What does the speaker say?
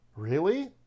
Really